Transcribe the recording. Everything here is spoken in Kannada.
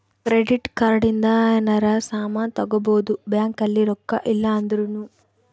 ಕ್ರೆಡಿಟ್ ಕಾರ್ಡ್ ಇಂದ ಯೆನರ ಸಾಮನ್ ತಗೊಬೊದು ಬ್ಯಾಂಕ್ ಅಲ್ಲಿ ರೊಕ್ಕ ಇಲ್ಲ ಅಂದೃನು